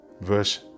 verse